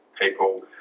people